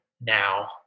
now